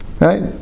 Right